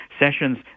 Sessions